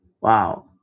wow